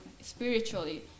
spiritually